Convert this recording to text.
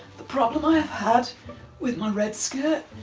the problem i've had with my red skirt,